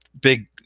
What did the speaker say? big